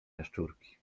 jaszczurki